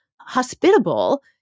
hospitable